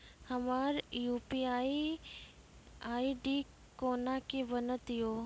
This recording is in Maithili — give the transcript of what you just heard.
हमर यु.पी.आई आई.डी कोना के बनत यो?